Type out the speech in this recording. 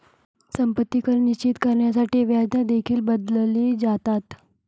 संपत्ती कर निश्चित करण्यासाठी व्याजदर देखील बदलले जातात